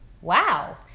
Wow